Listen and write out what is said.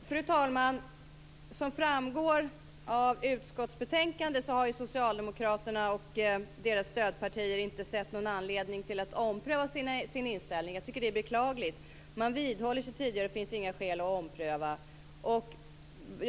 Fru talman! Som framgår av utskottsbetänkandet har socialdemokraterna och deras stödpartier inte sett någon anledning till att ompröva sin inställning. Jag tycker att det är beklagligt. Man vidhåller sitt tidigare ställningstagande, och det finns inga skäl att ompröva det.